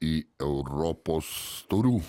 į europos taurių